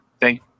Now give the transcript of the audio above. thank